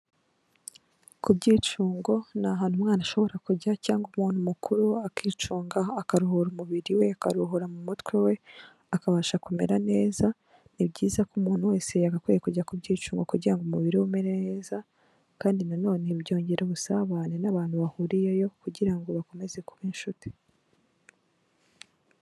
Ku byicungo ni ahantu umwana ashobora kujya cyangwa umuntu mukuru akicunga, akaruhura umubiri we, akaruhura mu mutwe we, akabasha kumera neza, ni byiza ko umuntu wese yagakwiye kujya ku byicungo kugira ngo umubiri we umere neza kandi na none byongera ubusabane n'abantu bahuriyeyo kugira ngo bakomeze kuba inshuti.